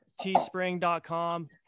teespring.com